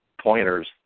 pointers